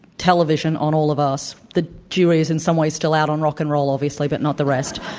television on all of us. the jury is in some ways still out on rock and roll, obviously, but not the rest.